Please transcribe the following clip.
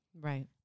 right